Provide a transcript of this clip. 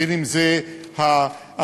בין שזה ההשכלה,